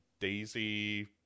Daisy